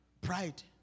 Pride